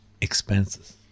expenses